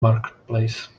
marketplace